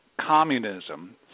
communism